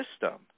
system